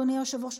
אדוני היושב-ראש,